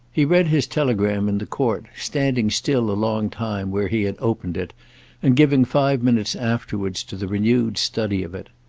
he read his telegram in the court, standing still a long time where he had opened it and giving five minutes afterwards to the renewed study of it.